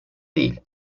değil